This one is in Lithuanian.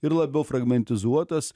ir labiau fragmentizuotas